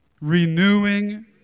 renewing